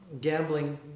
Gambling